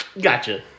gotcha